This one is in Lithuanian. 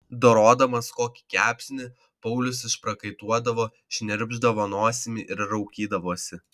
dorodamas kokį kepsnį paulius išprakaituodavo šnirpšdavo nosimi ir raukydavosi